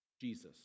jesus